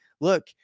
look